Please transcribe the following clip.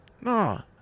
No